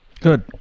Good